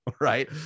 right